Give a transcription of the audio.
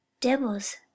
devil's